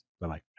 bye-bye